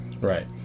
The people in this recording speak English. Right